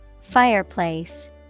Fireplace